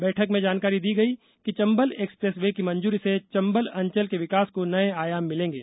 बैठक में जानकारी दी गई कि चंबल एक्सप्रेस वे की मंजूरी से चंबल अंचल के विकास को नये आयाम मिलेंगे